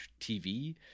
TV